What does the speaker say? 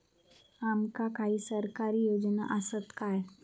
आमका काही सरकारी योजना आसत काय?